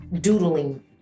doodling